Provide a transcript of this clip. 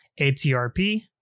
ATRP